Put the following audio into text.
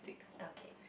okay